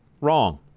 wrong